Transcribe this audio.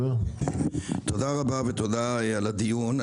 תודה רבה ותודה על הדיון.